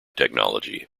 technology